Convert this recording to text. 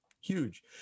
Huge